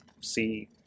see